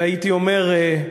והייתי אומר,